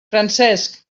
francesc